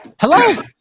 Hello